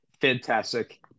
fantastic